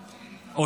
וואו.